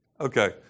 Okay